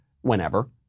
whenever